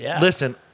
listen